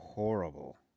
horrible